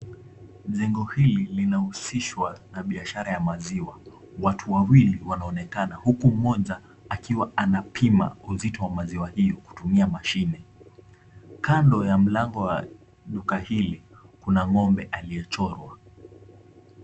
Jengo hili linahusishwa na biashara ya maziwa. Watu wawili wanaonekana huku mmoja akiwa anapima uzito wa maziwa hiyo kutumia mashine. Kando ya mlango wa duka hili kuna ng'ombe aliyechorwa.